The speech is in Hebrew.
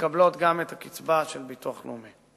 ומקבלות גם את הקצבה של הביטוח הלאומי.